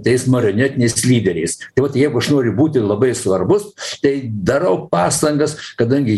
tais marionetiniais lyderiais tai vat jeigu aš noriu būti labai svarbus tai darau pastangas kadangi